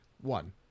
One